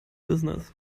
business